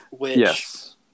Yes